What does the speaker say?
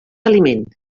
aliment